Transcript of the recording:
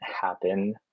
happen